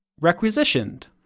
requisitioned